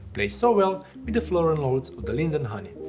plays so well with the floral notes of the linden honey.